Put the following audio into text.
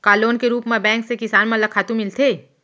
का लोन के रूप मा बैंक से किसान मन ला खातू मिलथे?